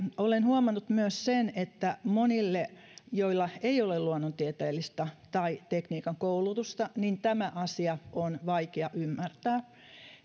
olen huomannut sen että monille joilla ei ole luonnontieteellistä tai tekniikan koulutusta tämä asia on vaikea ymmärtää ihmisille